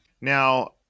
Now